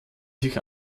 sich